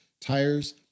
tires